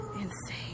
insane